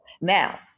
Now